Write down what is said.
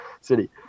city